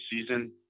season